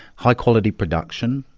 high-quality production,